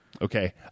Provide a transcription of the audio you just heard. Okay